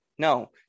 No